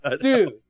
Dude